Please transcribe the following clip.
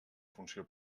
funció